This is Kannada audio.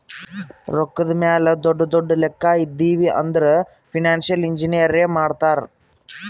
ರೊಕ್ಕಾದ್ ಮ್ಯಾಲ ದೊಡ್ಡು ದೊಡ್ಡು ಲೆಕ್ಕಾ ಇದ್ದಿವ್ ಅಂದುರ್ ಫೈನಾನ್ಸಿಯಲ್ ಇಂಜಿನಿಯರೇ ಮಾಡ್ತಾರ್